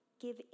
give